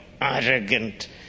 arrogant